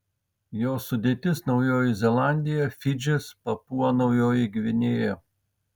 jos sudėtis naujoji zelandija fidžis papua naujoji gvinėja